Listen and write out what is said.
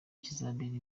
kizabera